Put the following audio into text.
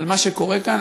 על מה שקורה כאן,